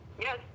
Yes